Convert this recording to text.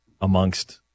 amongst